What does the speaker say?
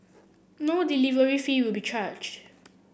no delivery fee will be charge